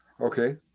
Okay